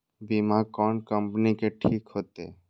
बीमा कोन कम्पनी के ठीक होते?